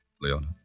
Leona